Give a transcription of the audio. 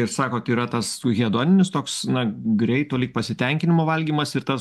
ir sakot yra tas hedoninis toks na greito lyg pasitenkinimo valgymas ir tas